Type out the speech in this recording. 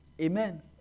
amen